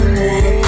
more